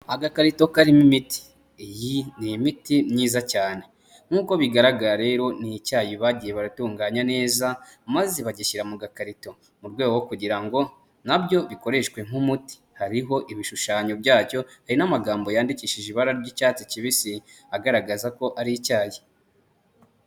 Agakarito karimo imiti. Iyi ni imiti myiza cyane, nk'uko bigaragara rero ni icyayi bagiye baratunganya neza maze bagishyira mu gakarito, mu rwego rwo kugira ngo nabyo bikoreshwe nk'umuti, hariho ibishushanyo byacyo, hari n'amagambo yandikishije ibara ry'icyatsi kibisi agaragaza ko ari icyayi.